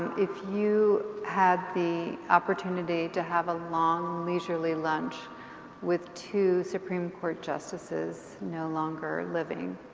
if you had the opportunity to have a long leisurely lunch with two supreme court justices no longer living,